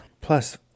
plus